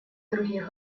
других